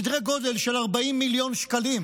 בסדרי גודל של 40 מיליון שקלים.